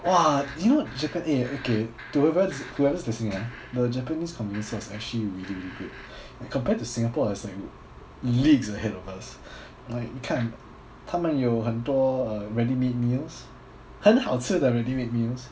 !wah! you know japan eh okay to whoever's whoever's listening ah the japanese convenience store is actually really really good like compared to singapore it's like leagues ahead of us like 你看他们有很多 uh ready-made meals 很好吃的 ready-made meals